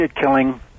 killing